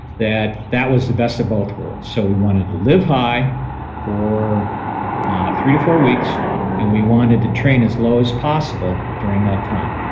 that that was the best of both worlds. so we wanted to live high for three or four weeks and we wanted to train as low as possible during that time.